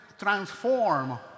transform